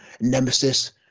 nemesis